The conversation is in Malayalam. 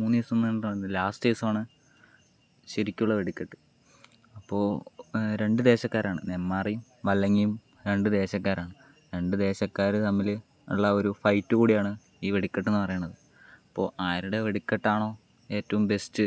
മൂന്നുദിവസം ലാസ്റ്റ് ദിവസമാണ് ശരിക്കുമുള്ള വെടിക്കെട്ട് അപ്പോൾ രണ്ട് ദേശക്കാരാണ് നെന്മാറയും വല്ലങ്ങിയും രണ്ട് ദേശക്കാരാണ് രണ്ട് ദേശക്കാർ തമ്മിൽ ഉള്ള ഒരു ഫൈറ്റ് കൂടിയാണ് ഈ വെടിക്കെട്ടെന്ന് പറയണത് അപ്പോൾ ആരുടെ വെടിക്കെട്ടാണോ ഏറ്റവും ബെസ്റ്റ്